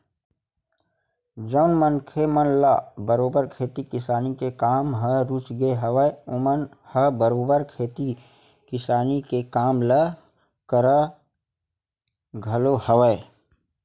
जउन मनखे मन ल बरोबर खेती किसानी के काम ह रुचगे हवय ओमन ह बरोबर खेती किसानी के काम ल करत घलो हवय